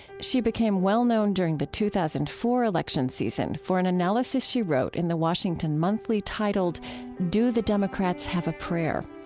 she became well known during the two thousand and four election season for an analysis she wrote in the washington monthly titled do the democrats have a prayer?